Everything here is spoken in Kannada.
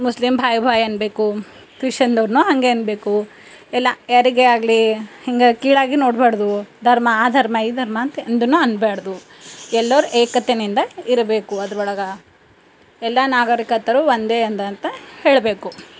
ಮುಸ್ಲಿಮ್ ಭಾಯ್ ಭಾಯ್ ಅನ್ನಬೇಕು ಕ್ರಿಶ್ಚನ್ದವ್ರು ಹಂಗೆ ಅನ್ನಬೇಕು ಎಲ್ಲ ಯಾರಿಗೆ ಆಗಲಿ ಹಿಂಗೆ ಕೀಳಾಗಿ ನೋಡಬಾರ್ದು ಧರ್ಮ ಆ ಧರ್ಮ ಈ ಧರ್ಮ ಅಂತ ಎಂದು ಅನ್ನಬ್ಯಾಡ್ದು ಎಲ್ಲರ್ ಏಕತೆನಿಂದ ಇರಬೇಕು ಅದ್ರೊಳಗೆ ಎಲ್ಲ ನಾಗರಿಕತರು ಒಂದೇ ಅಂದಂತ ಹೇಳಬೇಕು